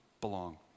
belong